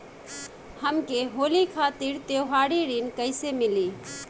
हमके होली खातिर त्योहारी ऋण कइसे मीली?